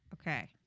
Okay